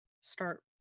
start